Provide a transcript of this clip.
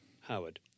Howard